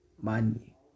money